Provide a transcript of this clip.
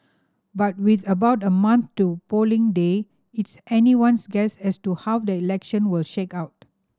but with about a month to polling day it's anyone's guess as to how the election will shake out